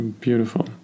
Beautiful